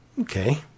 Okay